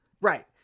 Right